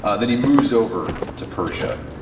ah then he moves over to persia.